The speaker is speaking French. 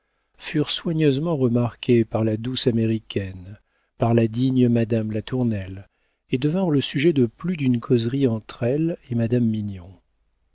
furent soigneusement remarquées par la douce américaine par la digne madame latournelle et devinrent le sujet de plus d'une causerie entre elles et madame mignon